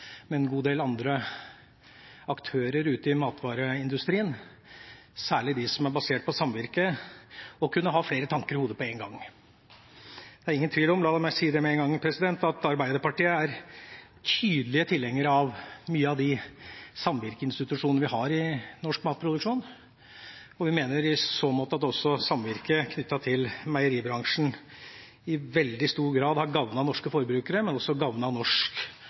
med en gang – at Arbeiderpartiet er en tydelig tilhenger av mange av de samvirkeinstitusjonene vi har i norsk matproduksjon. Vi mener i så måte at samvirket knyttet til meieribransjen i veldig stor grad har gavnet norske forbrukere, men også gavnet norsk